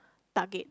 target